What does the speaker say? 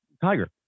tiger